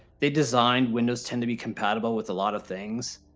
they designed windows ten to be compatible with a lot of things.